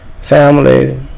family